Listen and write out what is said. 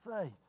faith